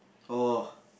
oh